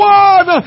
one